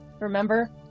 Remember